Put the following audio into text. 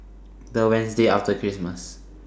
The Wednesday after Christmas